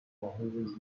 always